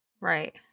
Right